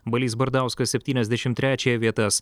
balys bardauskas septyniasdešim trečiąją vietas